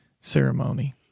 Ceremony